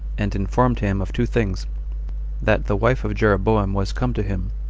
and informed him of two things that the wife of jeroboam was come to him,